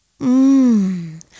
Mmm